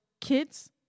kids